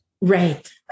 Right